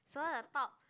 swirl the top